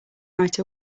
right